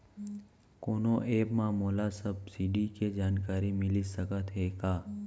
कोनो एप मा मोला सब्सिडी के जानकारी मिलिस सकत हे का?